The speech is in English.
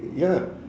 ya